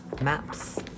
Maps